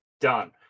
Done